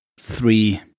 three